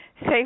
Say